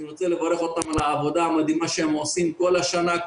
אני רוצה לברך אותם על העבודה המדהימה שהם עושים כל השנה,